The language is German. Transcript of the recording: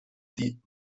die